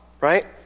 Right